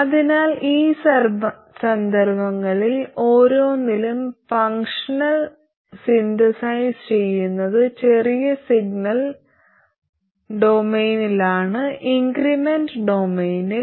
അതിനാൽ ഈ സന്ദർഭങ്ങളിൽ ഓരോന്നിലും ഫംഗ്ഷണൽ സിന്തസൈസ് ചെയ്യുന്നത് ചെറിയ സിഗ്നൽ ഡൊമെയ്നിലാണ് ഇൻക്രിമെൻറ് ഡൊമെയ്നിൽ